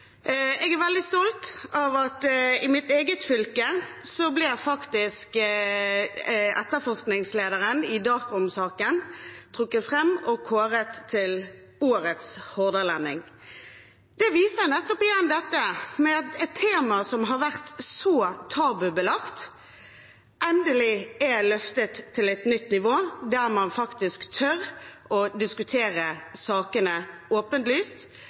Jeg er veldig stolt av at i mitt eget fylke ble etterforskningslederen i Dark Room-saken trukket fram og kåret til Årets Hordalending. Det viser igjen nettopp dette med at et tema som har vært så tabubelagt, endelig er løftet til et nytt nivå, der man faktisk tør å diskutere sakene